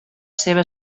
seva